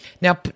Now